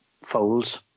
folds